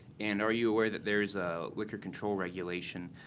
and are you aware that there is a liquor control regulation,